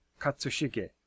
Katsushige